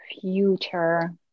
Future